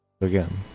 Again